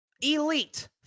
Elite